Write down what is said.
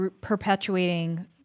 perpetuating